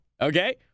Okay